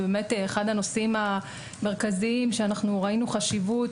אחד הנושאים המרכזיים שראינו חשיבות,